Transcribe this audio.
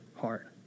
heart